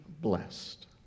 blessed